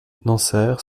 dansaert